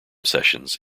sessions